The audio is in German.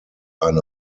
eine